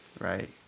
right